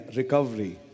recovery